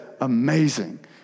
amazing